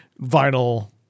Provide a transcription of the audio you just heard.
vinyl